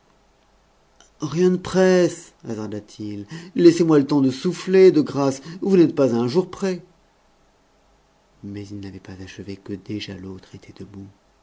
rien ne presse hasarda t il laissez-moi le temps de souffler de grâce vous n'êtes pas à un jour près mais il n'avait pas achevé que déjà l'autre était debout